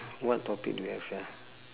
what topic do we have sia